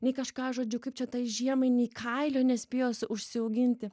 nei kažką žodžiu kaip čia tai žiemai nei kailio nespėjo s užsiauginti